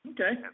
Okay